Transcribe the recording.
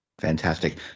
Fantastic